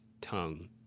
tongue